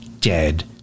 dead